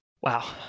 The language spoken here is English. Wow